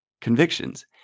convictions